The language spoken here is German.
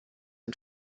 der